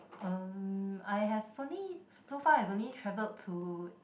um I have only so far I've only travelled to